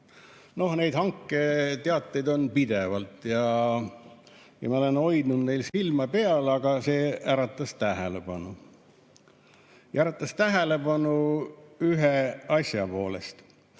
Neid hanketeateid on pidevalt ja ma olen hoidnud neil silma peal, aga see äratas tähelepanu. Ja äratas tähelepanu ühe asja poolest.